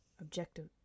objective